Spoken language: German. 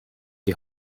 die